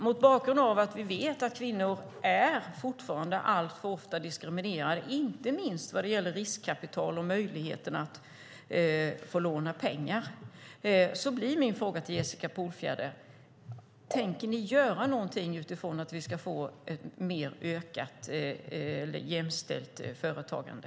Mot bakgrund av att vi vet att kvinnor fortfarande alltför ofta är diskriminerade, inte minst vad gäller riskkapital och möjligheten att få låna pengar, blir min fråga till Jessica Polfjärd: Tänker ni göra någonting för att vi ska få ett mer jämställt företagande?